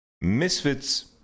Misfits